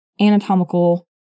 anatomical